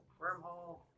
Wormhole